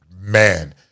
man